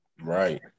Right